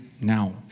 now